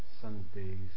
Sundays